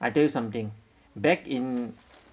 I tell you something back in